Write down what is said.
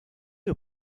your